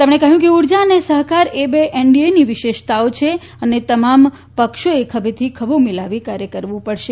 તેમણે કહ્યું કે ઉર્જા અને સહકાર એ બે એનડીએની વિશેષતા છે અને તમામ પક્ષોને ખભેથી ખભો મીલાવી કાર્ય કરવું પડશે